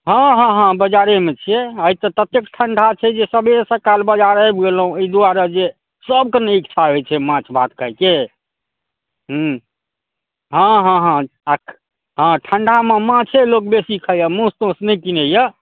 हँ हँ हँ बजारेमे छियै आइ तऽ ततेक ठण्डा छै जे सबेरे सकाल बजार आबि गेलौं अइ दुआरे जे सबके नहि इच्छा हय छै माछ भात खायके हँ हँ हँ आओर हँ ठण्डामे माछे लोग बेसी खाय यऽ मौस तौस नहि किनै यऽ